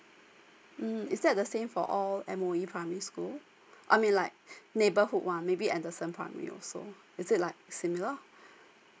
mm is that the same for all M_O_E primary school I mean like neighborhood one maybe anderson primary also is it like similar